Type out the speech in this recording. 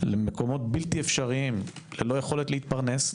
למקומות בלתי אפשריים ללא יכולת להתפרנס,